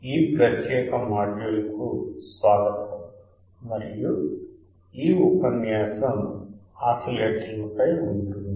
ఈ ప్రత్యేక మాడ్యూల్కు స్వాగతం మరియు ఈ ఉపన్యాసం ఆసిలేటర్లపై ఉంటుంది